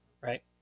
right